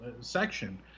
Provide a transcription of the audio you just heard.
section